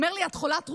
אומר לי: את חולת רוח,